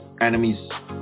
enemies